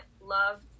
love